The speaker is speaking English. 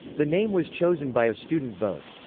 the name was chosen by a student vote.